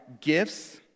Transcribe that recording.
gifts—